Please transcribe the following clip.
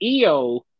Io